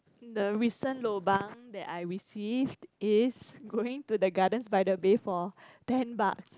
the recent lobang that I received is going to the gardens-by-the-bay for ten bucks